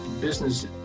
business